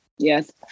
yes